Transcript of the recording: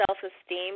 self-esteem